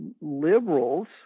liberals